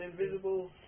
invisible